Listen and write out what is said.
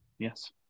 Yes